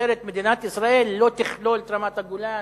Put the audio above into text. שמדינת ישראל מוסרת לא תכלול את רמת-הגולן